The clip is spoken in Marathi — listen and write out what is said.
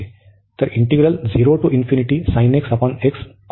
तर इंटिग्रल कॉन्व्हर्ज होते